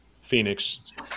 Phoenix